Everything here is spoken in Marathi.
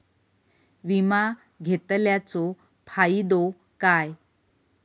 विमा घेतल्याचो फाईदो काय?